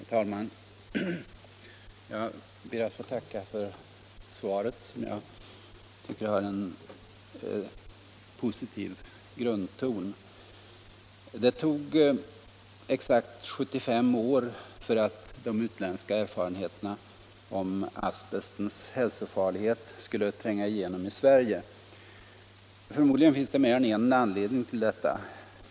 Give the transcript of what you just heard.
Herr talman! Jag ber att få tacka för svaret, som jag tycker har en positiv grundton. Det tog exakt 75 år för att de utländska erfarenheterna av asbestens hälsofarlighet skulle tränga igenom i Sverige. Förmodligen finns det mer än en anledning till detta.